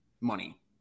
money